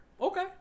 Okay